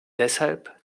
deshalb